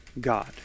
God